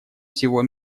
всего